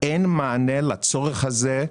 אין מענה לצורך הזה.